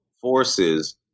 forces